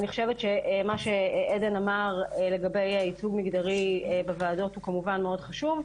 אני חושבת שמה שעדן אמר לגבי ייצוג מגדרי בוועדות הוא כמובן מאוד חשוב,